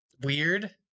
weird